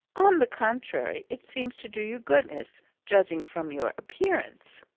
on the contrary, it seems to do you good, miss, judging from your appearance.